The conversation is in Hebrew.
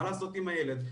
מה לעשות עם הילד,